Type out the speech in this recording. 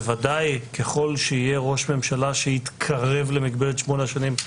בוודאי ככל שיהיה ראש ממשלה שיתקרב למגבלת שמונה השנים,